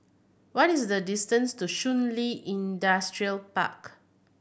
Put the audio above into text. what is the distance to Shun Li Industrial Park